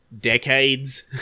decades